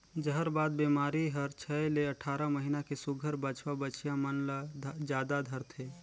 जहरबाद बेमारी हर छै ले अठारह महीना के सुग्घर बछवा बछिया मन ल जादा धरथे